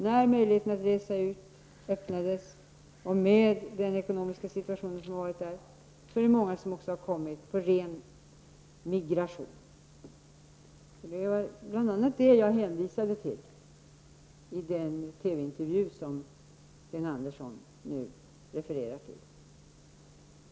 När möjligheten att resa ut öppnades var det många som, med anledning av den ekonomiska situation som rådde där, valde ren immigration. Det var bl.a. det jag hänvisade till i den TV-intervju som Sten Andersson refererar till.